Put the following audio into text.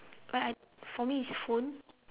but I for me it's phone